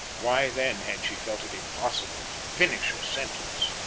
why then had she felt it impossible to finish her sentence?